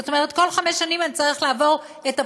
זאת אומרת, כל חמש שנים אצטרך לעבור את הפרוצדורה,